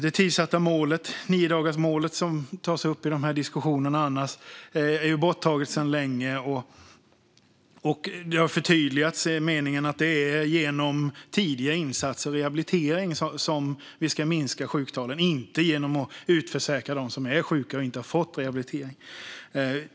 Det tidssatta niodagarsmålet som tas upp i diskussionerna är borttaget sedan länge. Det har förtydligats att det är genom tidiga insatser och rehabilitering som vi ska minska sjuktalen och inte genom att utförsäkra dem som är sjuka och inte fått rehabilitering.